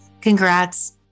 Congrats